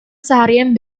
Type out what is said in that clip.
seharian